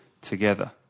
together